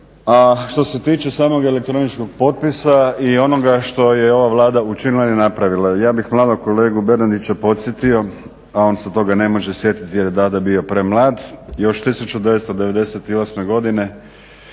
što se tiče samog elektroničkog potpisa i onoga što je ova Vlada učinila ili napravila. Ja bih mladog kolegu Bernardića podsjetio, a on se toga ne može sjetiti jer je tada bio premlad još 1998. godine